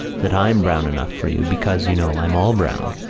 that i'm brown enough for you because, you know, i'm all brown.